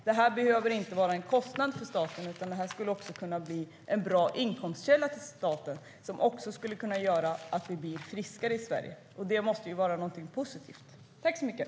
Det här behöver inte vara en kostnad för staten, utan det skulle för staten kunna bli en bra inkomstkälla som också skulle kunna göra att vi blir friskare i Sverige. Det måste vara någonting positivt.